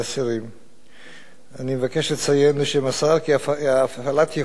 אני מבקש לציין בשם השר כי הפעלת יכולות ההקלטה וההאזנה,